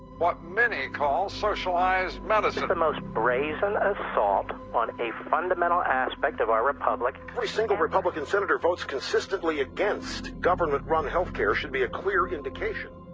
what many call socialized medicine. it's the most brazen assault on a fundamental aspect of our republic. every single republican senator votes consistently against government-run healthcare should be a clear indication.